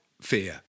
fear